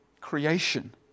creation